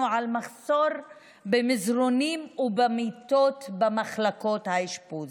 על מחסור במזרנים ובמיטות במחלקות האשפוז.